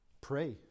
pray